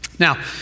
Now